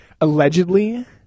allegedly